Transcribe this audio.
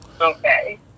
Okay